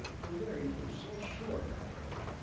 the waves were so short, however,